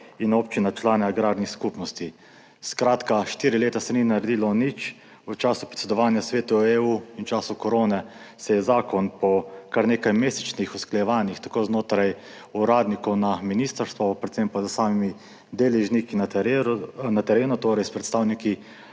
in občin na člane agrarnih skupnosti. Skratka, štiri leta se ni naredilo nič. V času predsedovanja Svetu EU in v času korone se je zakon po kar nekajmesečnih usklajevanjih znotraj uradnikov na ministrstvu, predvsem pa s samimi deležniki na terenu, torej s predstavniki